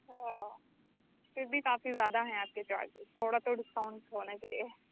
آ پھر بھی کافی زیادہ ہیں آپ كے چارجز تھوڑا تو ڈسكاؤنٹ ہونا چاہیے